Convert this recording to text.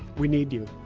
we need you.